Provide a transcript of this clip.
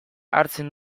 hartzen